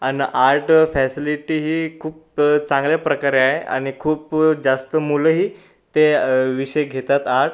आणि art facility ही खूप चांगल्या प्रकारे आहे आणि खूप जास्त मुलंही ते विषय घेतात आर्ट